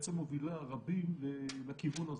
בעצם מובילה רבים לכיוון הזה.